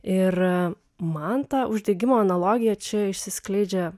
ir man ta uždegimo analogija čia išsiskleidžia